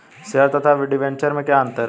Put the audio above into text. Share तथा debenture में क्या अंतर है?